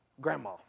grandma